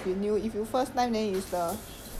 sometimes eh actually I don't remember sia